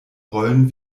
rollen